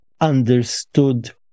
understood